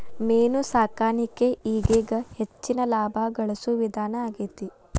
main ಸಾಕಾಣಿಕೆ ಈಗೇಗ ಹೆಚ್ಚಿನ ಲಾಭಾ ಗಳಸು ವಿಧಾನಾ ಆಗೆತಿ